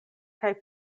kaj